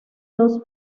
dos